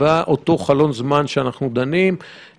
בהסדר הראשי,